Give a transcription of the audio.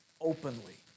openly